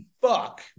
fuck